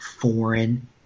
foreign